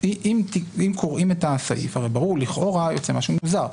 אם קוראים את הסעיף לכאורה יוצא משהו מוזר: